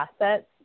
assets